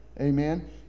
Amen